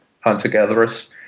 hunter-gatherers